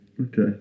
Okay